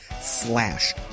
slash